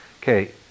Okay